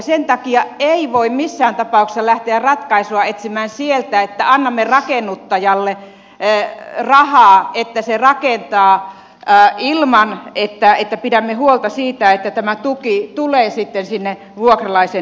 sen takia ei voi missään tapauksessa lähteä ratkaisua etsimään sieltä että annamme rakennuttajalle rahaa että se rakentaa ilman että pidämme huolta siitä että tämä tuki tulee sitten sinne vuokralaisen hyväksi